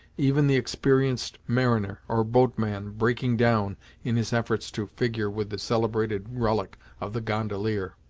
even the experienced mariner, or boat man, breaking down in his efforts to figure with the celebrated rullock of the gondolier.